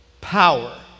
power